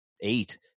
eight